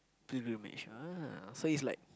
pilgrimage ah so it's like